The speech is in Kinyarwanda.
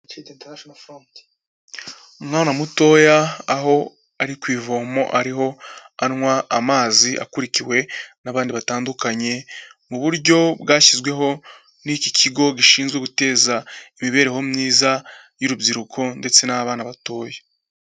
Umwana mutoya aho ari ku ivomo, ariho anywa amazi akurikiwe n'abandi batandukanye, mu buryo bwashyizweho n'iki kigo, gishinzwe guteza imibereho myiza y'urubyiruko ndetse n'abana batoya.